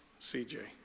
CJ